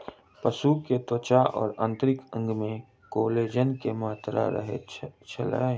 पशु के त्वचा और आंतरिक अंग में कोलेजन के मात्रा रहैत अछि